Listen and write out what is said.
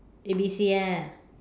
A B C ah